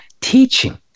teaching